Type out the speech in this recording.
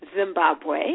Zimbabwe